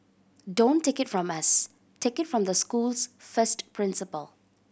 don't take it from us take it from the school's first principal